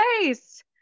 face